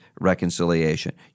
reconciliation